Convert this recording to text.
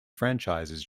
franchises